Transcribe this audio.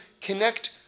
connect